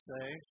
say